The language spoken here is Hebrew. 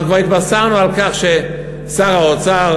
אנחנו כבר התבשרנו על כך ששר האוצר,